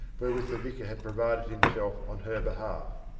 wherewith the vicar had provided himself on her behalf.